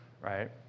right